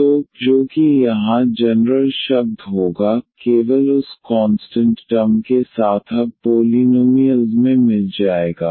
तो eαx जो कि यहां जनरल शब्द होगा केवल उस कॉन्सटंट टर्म के साथ अब पोलीनोमिअल्स में मिल जाएगा